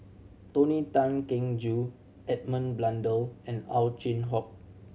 Tony Tan Keng Joo Edmund Blundell and Ow Chin Hock